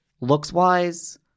looks-wise –